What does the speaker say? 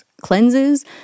cleanses